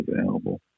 available